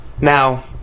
Now